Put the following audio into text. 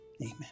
Amen